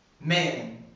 man